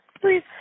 Please